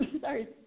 sorry